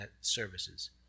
services